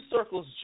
circles